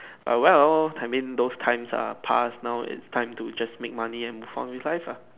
ah well I mean those times are passed now it's time to just make money and move on with life lah